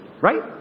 Right